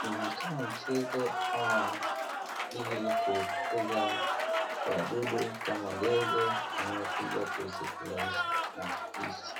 ni kama mtego ama ili kufukuza wadudu kama ndege wanaokuja kuzikula hizi mandizi.